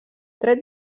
tret